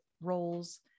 roles